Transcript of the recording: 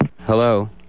Hello